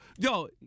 Yo